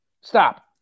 Stop